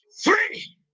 Three